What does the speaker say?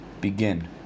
begin